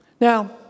Now